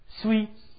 sweets